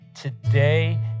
today